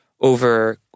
over